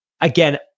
Again